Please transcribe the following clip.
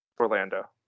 Orlando